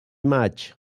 maig